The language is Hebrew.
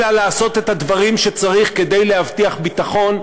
אלא לעשות את הדברים שצריך כדי להבטיח ביטחון,